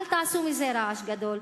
אל תעשו מזה רעש גדול,